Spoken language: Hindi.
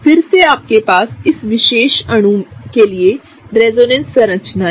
फिर से आपके पास इस विशेष अणु के लिए रेजोनेंस संरचनाएं हैं